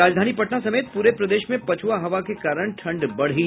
और राजधानी पटना समेत पूरे प्रदेश में पछुआ हवा के कारण ठंड बढ़ी